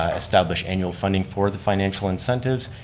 ah establish annual funding for the financial incentives,